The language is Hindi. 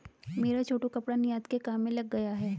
मेरा छोटू कपड़ा निर्यात के काम में लग गया है